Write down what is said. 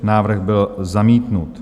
Návrh byl zamítnut.